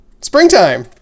Springtime